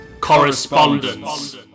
Correspondence